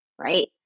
right